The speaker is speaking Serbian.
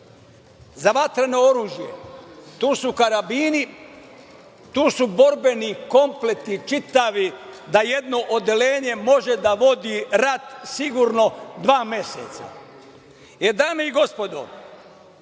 za vatreno oružje. Tu su karabini, tu su borbeni kompleti čitavi, da jedno odeljenje može da vodi rat sigurno dva meseca. Tih 12 dozvola